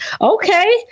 Okay